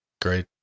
Great